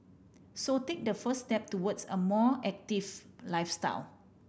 so take the first step towards a more active lifestyle